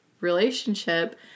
relationship